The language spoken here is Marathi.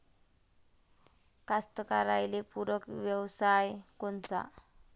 कास्तकाराइले पूरक व्यवसाय कोनचा?